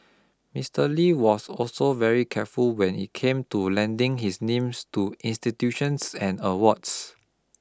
Mister Lee was also very careful when it came to lending his name to institutions and awards